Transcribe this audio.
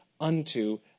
unto